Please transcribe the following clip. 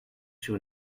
sur